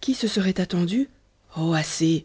qui se serait attendu oh assez